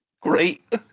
Great